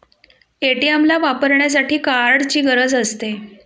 ATM ला वापरण्यासाठी कार्डची गरज असते